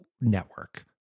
network